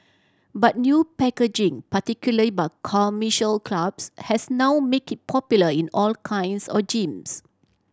but new packaging particularly by commercial clubs has now make it popular in all kinds or gyms